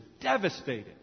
devastated